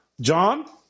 John